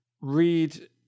read